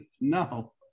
No